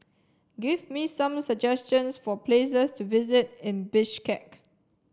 give me some suggestions for places to visit in Bishkek